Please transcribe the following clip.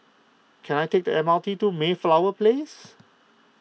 can I take the M R T to Mayflower Place